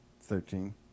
Thirteen